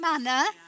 manner